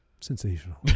Sensational